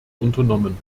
unternommen